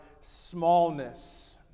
smallness